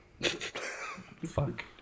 Fuck